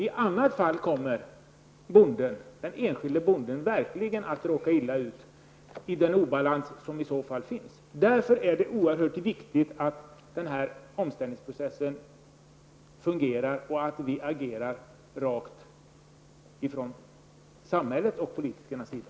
I annat fall kommer den enskilde bonden verkligen att råka illa ut i den obalans som då råder. Därför är det oerhört viktigt att denna omställningsprocess fungerar och att vi agerar rakt från samhällets och politikernas sida.